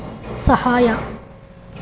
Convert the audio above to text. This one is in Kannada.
ಸಹಾಯ